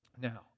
Now